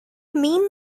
mean